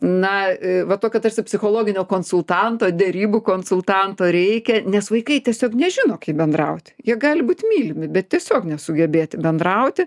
na va tokio tarsi psichologinio konsultanto derybų konsultanto reikia nes vaikai tiesiog nežino kaip bendrauti jie gali būt mylimi bet tiesiog nesugebėti bendrauti